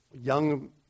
young